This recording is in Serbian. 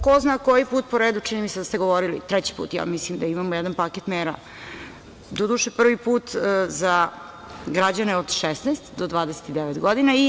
Ko zna koji put po redu, čini mi se da ste govorili treći put ja mislim da imamo jedan paket mera, doduše, prvi put za građane od 16 do 29 godina.